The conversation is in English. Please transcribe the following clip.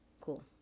Cool